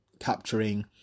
Capturing